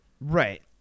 Right